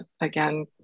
again